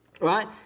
right